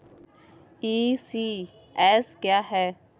ECS क्या है?